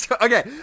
Okay